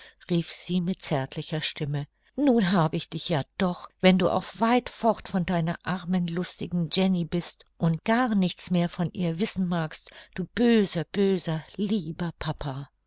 rief sie mit zärtlicher stimme nun hab ich dich ja doch wenn du auch weit fort von deiner armen lustigen jenny bist und gar nichts mehr von ihr wissen magst du böser böser lieber papa